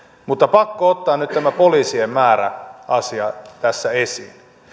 mutta pakko ottaa nyt tämä poliisien määrä asia tässä esiin